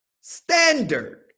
standard